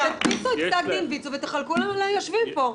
תדפיסו את פסק דין ויצו ותחלקו ליושבים פה.